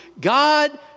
God